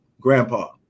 Grandpa